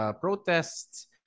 protests